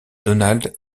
donald